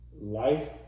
life